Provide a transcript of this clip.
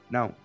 Now